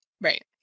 Right